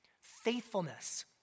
faithfulness